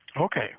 Okay